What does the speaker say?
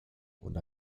und